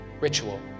ritual